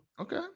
Okay